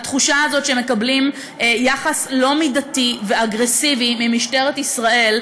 התחושה הזאת שהם מקבלים יחס לא מידתי ואגרסיבי ממשטרת ישראל,